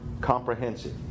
comprehensive